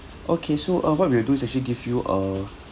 okay so uh what we'll do is actually give you a